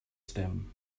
stem